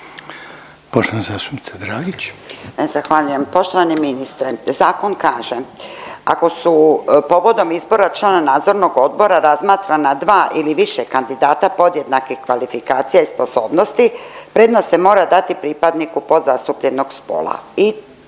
Poštovani ministre, zakon kaže ako su povodom izbora člana nadzornog odbora razmatrana dva ili više kandidata podjednake kvalifikacija i sposobnosti, prednost se mora dati pripadniku podzastupljenog spola